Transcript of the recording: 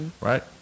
Right